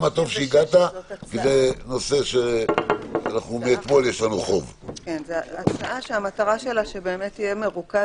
נחדש את הדיונים בשעה 12:00. זו הצעה שהמטרה שלה שבאמת יהיה מרוכז